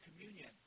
communion